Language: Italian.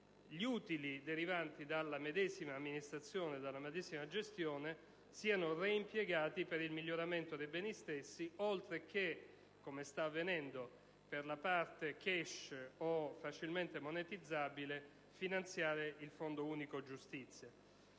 gli utili derivanti dalla medesima amministrazione e dalla medesima gestione siano reimpiegati per il miglioramento dei beni stessi oltre che, come sta avvenendo per la parte *cash* o facilmente monetizzabile, per finanziare il Fondo unico giustizia.